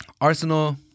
Arsenal